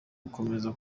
bikomeje